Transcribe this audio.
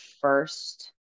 first